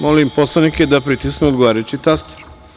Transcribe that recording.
Molim poslanike da pritisnu odgovarajući taster.